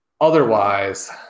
otherwise